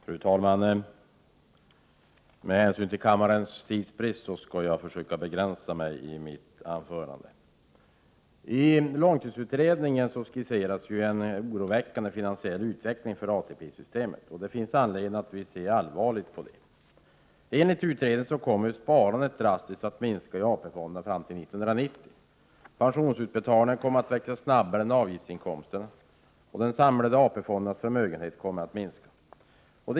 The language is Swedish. Fru talman! Med hänsyn till kammarens tidsbrist skall jag försöka begränsa mitt anförande. I långtidsutredningen skisseras en oroväckande finansiell utveckling för ATP-systemet. Det finns anledning att se allvarligt på detta. Enligt utredningen kommer sparandet drastiskt att minska i AP-fonderna fram till 1990. Pensionsutbetalningarna kommer att växa snabbare än avgiftsinkomsterna. De samlade AP-fondernas förmögenhet kommer att minska.